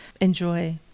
enjoy